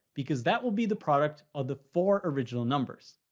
because that will be the product of the four original numbers.